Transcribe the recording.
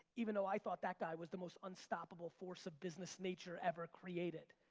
even though i thought that guy was the most unstoppable force of business nature ever created.